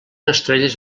estrelles